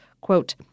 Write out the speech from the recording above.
quote